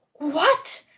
what!